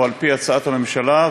או על-פי הצעת הממשלה,